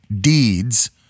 deeds